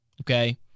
okay